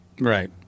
Right